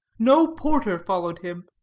no porter followed him.